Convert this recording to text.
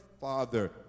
father